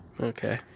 Okay